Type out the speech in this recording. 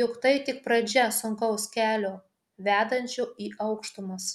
jog tai tik pradžia sunkaus kelio vedančio į aukštumas